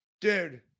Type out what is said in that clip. Dude